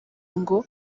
ngo